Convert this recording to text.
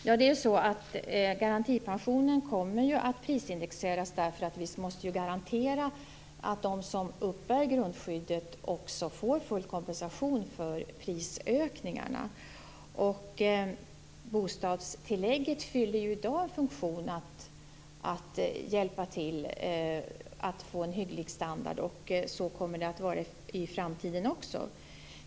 Fru talman! Garantipensionen kommer ju att prisindexeras eftersom vi måste garantera att de som uppbär grundskyddet också får full kompensation för prisökningarna. Bostadstillägget fyller ju i dag funktionen att hjälpa till att få en hygglig standard. Så kommer det att vara i framtiden också.